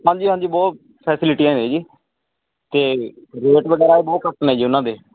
ਹਾਂਜੀ ਹਾਂਜੀ ਬਹੁਤ ਫੈਸਿਲਿਟੀਆਂ ਨੇ ਜੀ ਅਤੇ ਰੇਟ ਵਗੈਰਾ ਬਹੁਤ ਘੱਟ ਨੇ ਜੀ ਉਹਨਾਂ ਦੇ